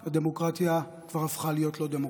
הדמוקרטיה כבר הפכה להיות לא דמוקרטיה.